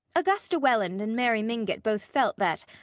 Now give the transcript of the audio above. augusta welland and mary mingott both felt that,